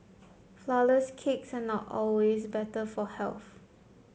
flour less cakes are not always better for health